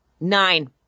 Nine